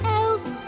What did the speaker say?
else